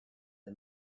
the